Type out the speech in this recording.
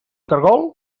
caragol